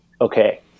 okay